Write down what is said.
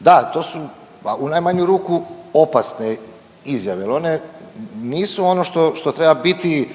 da to su pa u najmanju ruku opasne izjave jel one nisu ono što treba biti